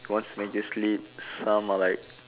wants to make you sleep some are like